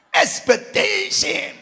Expectation